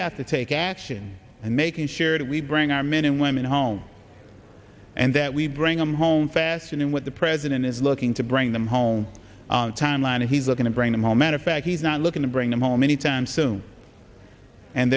have to take action and making sure that we bring our men and women home and that we bring them home faster than what the president is looking to bring them home timeline and he's looking to bring them home at a back he's not looking to bring them home anytime soon and